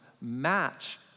match